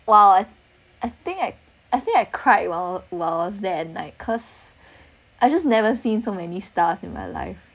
well I I think I I think I cried while while I was there at night cause I just never seen so many stars in my life